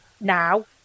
now